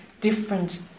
different